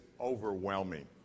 overwhelming